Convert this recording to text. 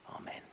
amen